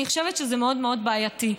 אני חושבת שזה מאוד מאוד בעייתי.